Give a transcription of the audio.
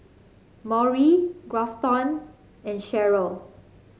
Maury Grafton and Cheryle